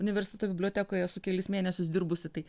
universiteto bibliotekoje esu kelis mėnesius dirbusi tai